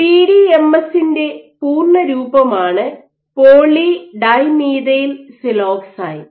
PDMS ൻറെ പൂർണ്ണ രൂപമാണ് പോളി ഡൈമെഥൈൽ സിലോക്സെയ്ൻ